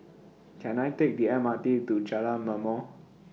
Can I Take The M R T to Jalan Ma'mor